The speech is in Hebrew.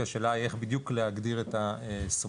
כי השאלה היא איך בדיוק להגדיר את הסמכויות,